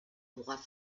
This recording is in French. roi